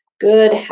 good